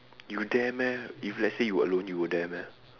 you dare meh if let's say you alone you would dare meh